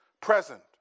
present